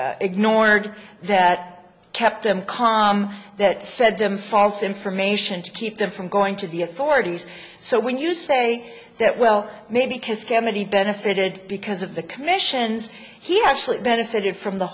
feeling ignored that kept them calm that fed them false information to keep them from going to the authorities so when you say that well maybe because kennedy benefited because of the commissions he actually benefited from the